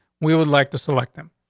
we would like to select them.